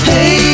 Hey